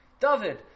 David